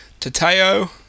Tateo